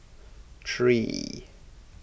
three